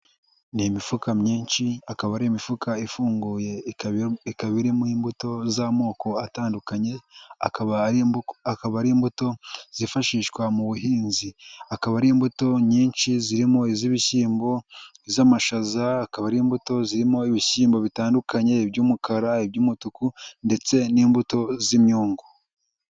Ni imifuka myinshi akaba ari imifuka ifunguye, ikaba irimo imbuto z'amoko atandukanye akaba ari imbuto zifashishwa mu buhinzi. Akaba ari imbuto nyinshi zirimo iz'ibishyimbo, iz'amashaza, akaba ari imbuto zirimo ibishyimbo bitandukanye by'umukara, iby'umutuku, ndetse n'imbuto z'imyungu.